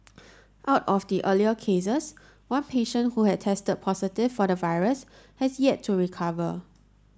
out of the earlier cases one patient who had tested positive for the virus has yet to recover